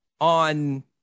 on